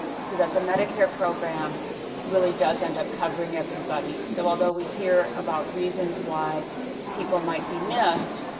so that the medicare program really does end up covering everybody. so although we hear about reasons why people might be missed,